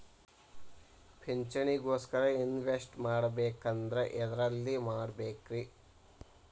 ಪಿಂಚಣಿ ಗೋಸ್ಕರ ಇನ್ವೆಸ್ಟ್ ಮಾಡಬೇಕಂದ್ರ ಎದರಲ್ಲಿ ಮಾಡ್ಬೇಕ್ರಿ?